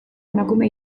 emakume